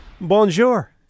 Bonjour